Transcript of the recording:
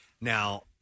Now